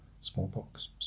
Smallpox